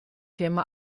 firma